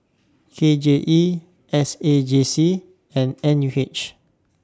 K J E S A J C and N U H